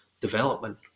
development